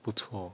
不错